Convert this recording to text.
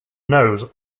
nose